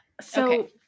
So-